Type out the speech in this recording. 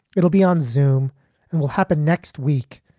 it'll be on zoome and will happen next week,